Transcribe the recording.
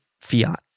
fiat